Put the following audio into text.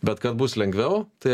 bet kad bus lengviau tai